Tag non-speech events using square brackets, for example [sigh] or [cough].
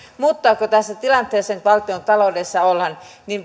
mutta kun nyt tässä tilanteessa valtiontaloudessa ollaan niin [unintelligible]